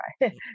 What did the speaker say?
right